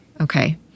Okay